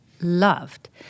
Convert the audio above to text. loved